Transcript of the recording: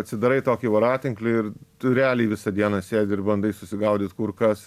atsidarai tokį voratinklį ir tu realiai visą dieną sėdi ir bandai susigaudyt kur kas